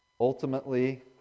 Ultimately